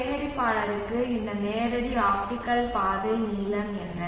சேகரிப்பாளருக்கு இந்த நேரடி ஆப்டிகல் பாதை நீளம் என்ன